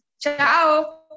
Ciao